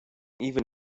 even